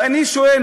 ואני שואל,